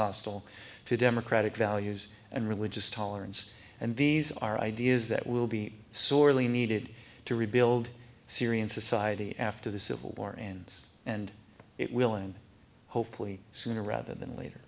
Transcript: hostile to democratic values and religious tolerance and these are ideas that will be sorely needed to rebuild syrian society after the civil war and and it willing hopefully sooner rather than later